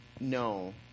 No